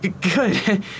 Good